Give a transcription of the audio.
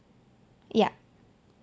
yup